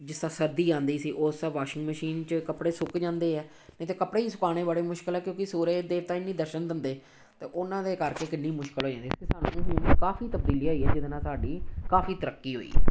ਜਿਸ ਤਰ੍ਹਾਂ ਸਰਦੀ ਆਉਂਦੀ ਸੀ ਉਹ ਸਭ ਵਾਸ਼ਿੰਗ ਮਸ਼ੀਨ 'ਚ ਕੱਪੜੇ ਸੁੱਕ ਜਾਂਦੇ ਹੈ ਨਹੀਂ ਤਾਂ ਕੱਪੜੇ ਹੀ ਸੁਕਾਉਣੇ ਬੜੇ ਮੁਸ਼ਕਿਲ ਆ ਕਿਉਂਕਿ ਸੂਰਜ ਦੇਵਤਾ ਹੀ ਨਹੀਂ ਦਰਸ਼ਨ ਦਿੰਦੇ ਅਤੇ ਉਹਨਾਂ ਦੇ ਕਰਕੇ ਕਿੰਨੀ ਮੁਸ਼ਕਿਲ ਹੋ ਜਾਂਦੀ ਅਤੇ ਸਾਨੂੰ ਹੁਣ ਕਾਫ਼ੀ ਤਬਦੀਲੀ ਆਈ ਹੈ ਜਿਹਦੇ ਨਾਲ ਸਾਡੀ ਕਾਫ਼ੀ ਤਰੱਕੀ ਹੋਈ ਹੈ